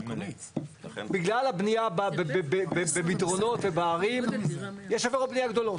בגלל הבניה במדרונות ובהרים יש עבירות בניה גדולות.